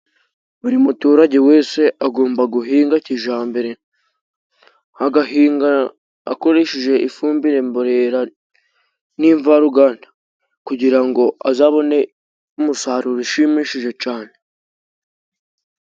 Buri muturage wese agomba guhinga kijambere agahinga akoresheje ifumbire mborera n'imvaruganda ,kugira ngo azabone umusaruro ,ushimishije cane.